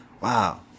Wow